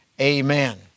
Amen